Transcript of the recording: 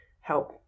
help